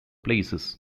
places